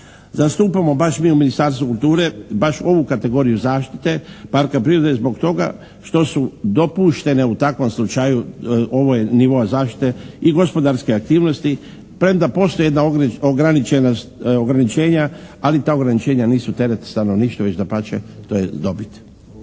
Zastupamo baš mi u Ministarstvu kulture, baš ovu kategoriju zaštite parka prirode zbog toga što su dopuštene u takvom slučaju, ovaj nivoa zaštite i gospodarske aktivnosti, premda postoji jedna ograničenja ali ta ograničenja nisu teret stanovništva, već dapače to je dobit.